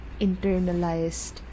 internalized